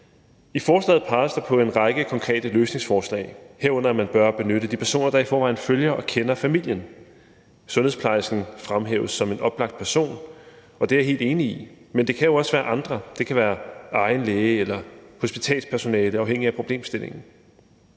I forslaget peges der på en række konkrete løsningsforslag, herunder at man bør benytte de personer, der i forvejen følger og kender familien. Sundhedsplejersken fremhæves som en oplagt person, og det er jeg helt enig i, men det kan jo også være andre – det kan være egen læge eller hospitalspersonale, afhængigt af problemstillingen.